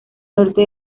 norte